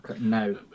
no